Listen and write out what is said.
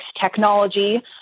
technology